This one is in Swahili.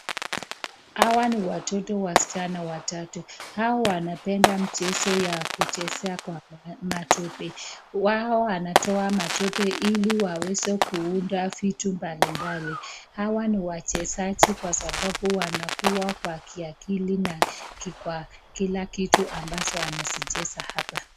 Hawa ni watoto wasichana watatu, hawa wanapenda mchezo ya kucheza kwa matope wao wanatoa matope hili waweze kuunda vitu mbalimbali , hawa ni wachezaji kwa sababu wakuawa Kwa kiakili na kila kitu ambacho anajicheza hapa.